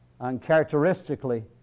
uncharacteristically